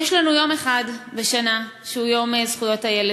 יש לנו יום אחד בשנה שהוא יום זכויות הילד,